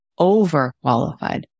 overqualified